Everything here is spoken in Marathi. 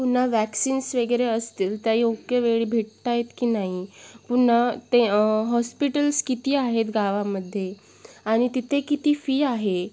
पुन्हा वॅक्सिंन्स वगैरे असतील त्या योग्यवेळी भेटत आहेत की नाही पुन्हा ते हॉस्पिटल्स किती आहेत गावामध्ये आणि तिथे किती फी आहे